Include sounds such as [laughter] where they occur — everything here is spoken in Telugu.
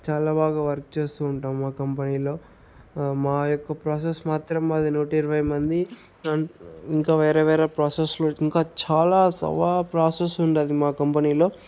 చాలా బాగా వర్క్ చేస్తూ ఉంటాము ఆ కంపెనీలో మా యొక్క ప్రాసెస్ మాత్రం మాది నూట ఇరవై మంది [unintelligible] ఇంకా వేరే వేరే ప్రాసెస్లో ఇంకా చాలా [unintelligible] ప్రాసెస్ ఉంది మా కంపెనీలో